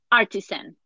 artisan